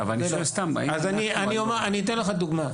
אז אני אתן לך דוגמה.